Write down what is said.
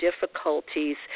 difficulties